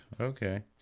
Okay